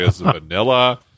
vanilla